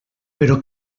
però